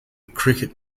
cricket